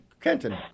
Kenton